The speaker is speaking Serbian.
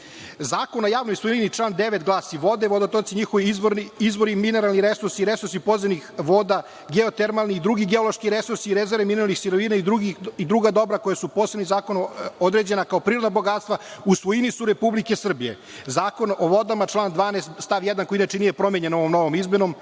Zakon o javnoj svojini, član 9. glasi: „vode, vodotoci i njihovi izvori, mineralni resursi, resursi podzemnih voda, geo-termalni i drugi geološki resursi, rezerve mineralnih sirovina i druga dobra koja su posebnim zakonom određena kao prirodna bogatstva u svojini su Republike Srbije.“ Zakon o vodama član 12. stav 1. koji inače nije promenjen ovom novom izmenom,